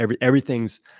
Everything's